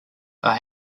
are